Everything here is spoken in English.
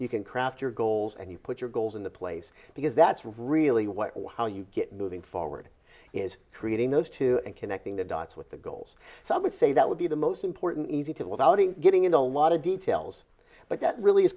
you can craft your goals and you put your goals in the place because that's really what or how you get moving forward is creating those two and connecting the dog with the goals so i would say that would be the most important easy to without getting into a lot of details but that really is